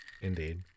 Indeed